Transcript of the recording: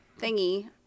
thingy